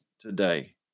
today